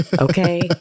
Okay